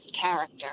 character